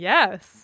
Yes